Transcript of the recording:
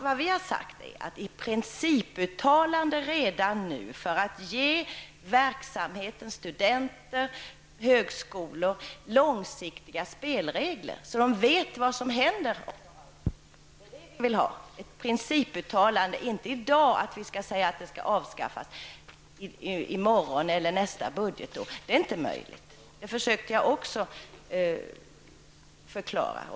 Vad vi har föreslagit är ett principuttalande redan nu för att ge studenter och högskolans ledning långsiktiga spelregler, så att de vet vad som kommer att hända. Däremot föreslår vi inte i dag att kårobligatoriet skall avskaffas i morgon eller till nästa budgetår. Något sådant är inte möjligt, och det försökte jag också förklara.